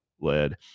led